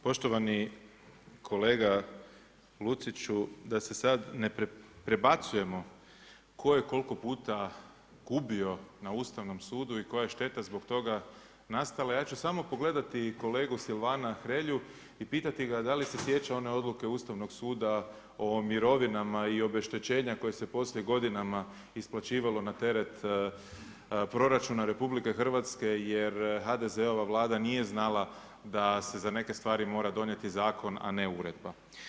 Poštovani kolega Luciću, da se sada ne prebacujem tko je koliko puta gubio na Ustavnom sudu i koja je šteta zbog toga nastala, ja ću samo pogledati kolegu Silvana Hrelju i pitati ga da li se sjeća one odluke Ustavnog suda o mirovinama i obeštećenja koje se poslije godinama isplaćivalo na teret proračuna RH jer HDZ-ova vlada nije znala da se za neke stvari mora donijeti zakon, a ne uredba.